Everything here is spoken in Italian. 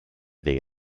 dei